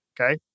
Okay